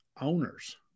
owners